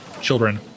children